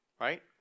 Right